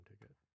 Ticket